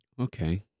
Okay